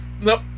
Nope